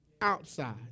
outside